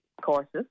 courses